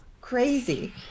crazy